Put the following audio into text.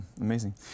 amazing